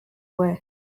way